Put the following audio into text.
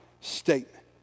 statement